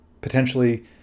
potentially